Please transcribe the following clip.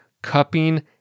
cupping